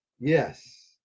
Yes